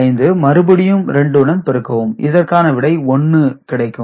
5 மறுபடியும் 2 உடன் பெருக்கவும் இதற்கான விடை 1 கிடைக்கும்